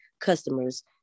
customers